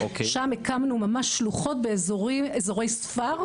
שם הקמנו ממש שלוחות באזורי ספר.